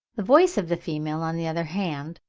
the voice of the female, on the other hand,